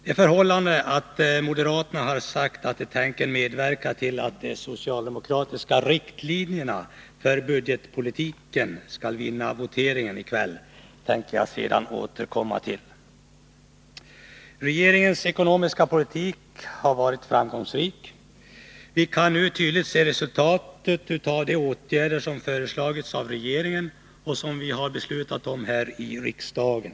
Det förhållandet att moderaterna har sagt att de tänker medverka till att de socialdemokratiska riktlinjerna för budgetpolitiken vinner voteringen i kväll skall jag återkomma till senare. Regeringens ekonomiska politik har varit framgångsrik. Vi kan nu tydligt se resultatet av de åtgärder som har föreslagits av regeringen och som vi har beslutat om här i riksdagen.